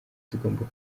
zigomba